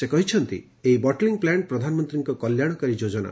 ସେ କହିଛନ୍ତି ଏହି ବଟ୍ଲିଂ ପ୍ଲାଣ୍ ପ୍ରଧାନମନ୍ତୀଙ୍କ କଲ୍ୟାଶକାରୀ ଯୋଜନା